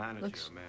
Looks